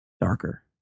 darker